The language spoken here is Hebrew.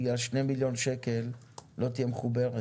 בגלל 2 מיליון ₪ לא תהיה מחובר.